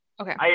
okay